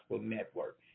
Network